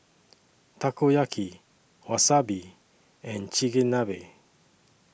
Takoyaki Wasabi and Chigenabe